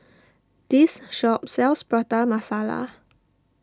this shop sells Prata Masala